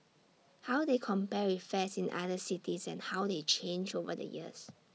how they compare with fares in other cities and how they change over the years